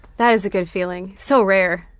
that is a good feeling. so rare.